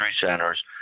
centers